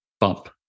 bump